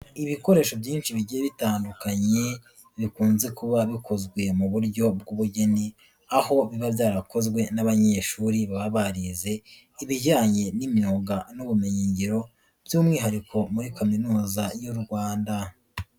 Ibikoresho byinshi bigiye bitandukanye, bikunze kuba bikozwe mu buryo bw'ubugeni, aho biba byarakozwe n'abanyeshuri baba barize, ibijyanye n'imyuga n'ubumenyingiro, by'umwihariko muri kaminuza y'u Rwanda.